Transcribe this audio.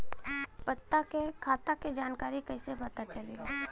खाता के जानकारी कइसे पता चली?